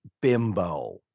bimbo